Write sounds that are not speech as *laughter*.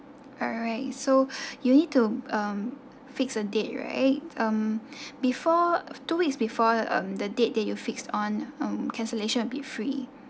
alright so *breath* you need to um fix a date right um *breath* before two weeks before um the date that you fixed on um cancellation would be free